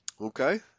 okay